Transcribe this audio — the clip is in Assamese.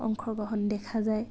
অংশগ্ৰহণ দেখা যায়